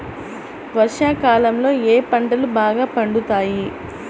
వర్షాకాలంలో ఏ పంటలు బాగా పండుతాయి?